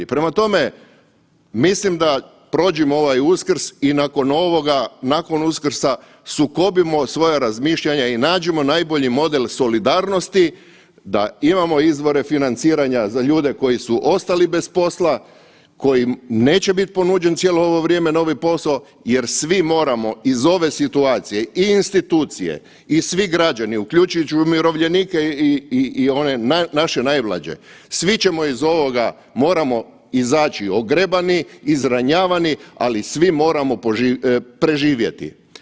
Prema tome, mislim da prođimo ovaj Uskrs i nakon ovoga, nakon Uskrsa sukobimo svoja razmišljanja i nađimo najbolji model solidarnosti da imamo izvore financiranja za ljude koji su ostali bez posla, kojim neće biti ponuđen cijelo ovo vrijeme novi posao jer svi moramo iz ove situacije i institucije i svi građani uključujući umirovljenike i one naše najmlađe, svi ćemo iz ovoga moramo izaći ogrebani, izranjavani, ali svi moramo preživjeti.